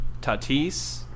Tatis